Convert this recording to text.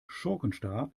schurkenstaat